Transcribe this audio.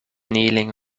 kneeling